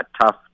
tough